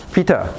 Peter